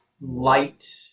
light